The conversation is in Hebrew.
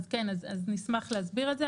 כן, נשמח להסביר את זה.